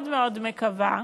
מאוד מאוד מקווה,